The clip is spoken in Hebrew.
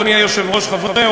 אדוני היושב-ראש,